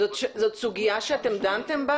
אנשי משרד הפנים, זו סוגיה שדנתם בה?